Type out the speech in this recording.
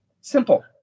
Simple